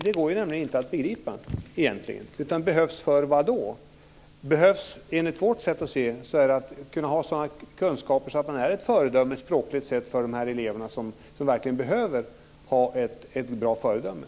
Det går ju nämligen inte att begripa egentligen. Behövs för vad då? "Behövs" enligt vårt sätt att se innebär att ha sådana kunskaper att man är ett föredöme språkligt sett för dessa elever som verkligen behöver ha ett bra föredöme.